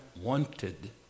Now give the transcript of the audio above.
wanted